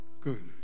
Good